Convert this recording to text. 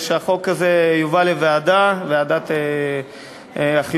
החוק הזה יובא לוועדת החינוך,